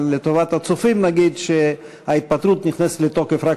אבל לטובת הצופים נגיד שההתפטרות נכנסת לתוקף רק